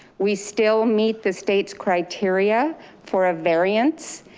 we still meet the state's criteria for a variance.